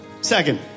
Second